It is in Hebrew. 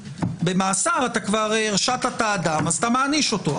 במאסר הרשעת אדם, אז אתה מעניש אותו.